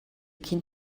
cyn